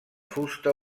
fusta